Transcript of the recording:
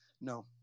No